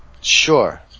Sure